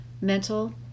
mental